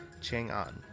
Chang'an